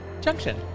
Junction